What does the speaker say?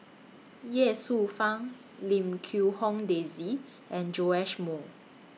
Ye Shufang Lim Quee Hong Daisy and Joash Moo